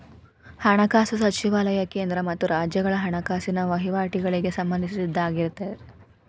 ಹಣಕಾಸು ಸಚಿವಾಲಯ ಕೇಂದ್ರ ಮತ್ತ ರಾಜ್ಯಗಳ ಹಣಕಾಸಿನ ವಹಿವಾಟಗಳಿಗೆ ಸಂಬಂಧಿಸಿದ್ದಾಗಿರತ್ತ